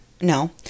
no